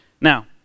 Now